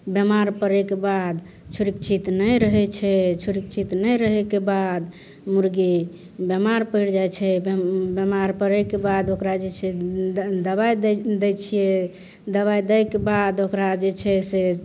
बेमार पड़ैके बाद सुरक्षित नहि रहै छै सुरक्षित नहि रहैके बाद मुर्गी बेमार पड़ि जाइ छै बेमार पड़ैके बाद ओकरा जे छै दबाइ दै दै छियै दबाइ दैके बाद ओकरा जे छै से